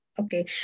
Okay